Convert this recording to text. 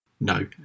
no